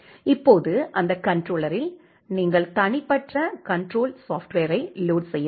இப்போது அந்த கண்ட்ரோலரில் நீங்கள் தனிப்பட்ட கண்ட்ரோலர் சாப்ட்வேரை லோடு செய்ய வேண்டும்